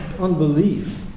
unbelief